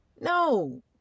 No